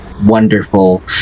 wonderful